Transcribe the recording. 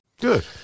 Good